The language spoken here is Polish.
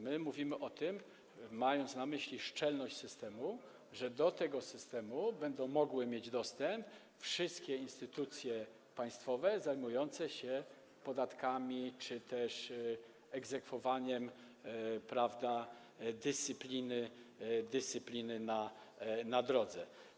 Mówimy o tym, mając na myśli szczelność systemu, że do tego systemu będą mogły mieć dostęp wszystkie instytucje państwowe zajmujące się podatkami czy też egzekwowaniem dyscypliny na drogach.